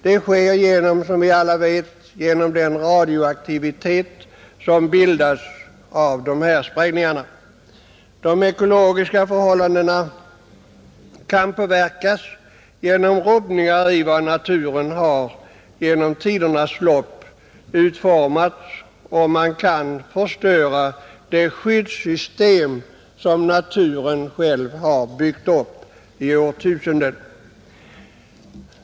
Det sker, som vi alla vet, genom den radioaktivitet som bildas vid de här sprängningarna. De ekologiska förhållandena kan påverkas genom rubbningar i vad naturen under tidernas lopp har utformat och man kan förstöra det skyddssystem som naturen själv har byggt upp.